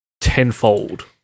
tenfold